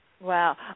Wow